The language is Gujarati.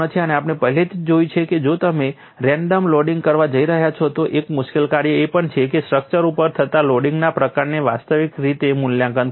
અને આપણે પહેલેથી જ જોયું છે કે જો તમે રેન્ડમ લોડિંગ કરવા જઇ રહ્યા છો તો એક મુશ્કેલ કાર્ય એ પણ છે કે સ્ટ્રક્ચર ઉપર થતા લોડિંગના પ્રકારને વાસ્તવિક રીતે મૂલ્યાંકન કરવું